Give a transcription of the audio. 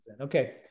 okay